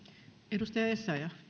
arvoisa rouva